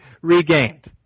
regained